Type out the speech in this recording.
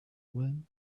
wind